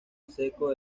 seco